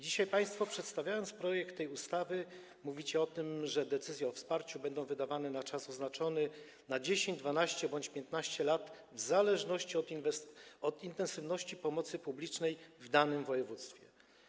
Dzisiaj państwo, przedstawiając projekt tej ustawy, mówicie o tym, że decyzje o wsparciu będą wydawane na czas oznaczony: na 10 lat, 12 lat bądź 15 lat, w zależności od intensywności pomocy publicznej w danym województwie.